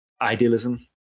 idealism